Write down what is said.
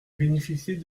bénéficier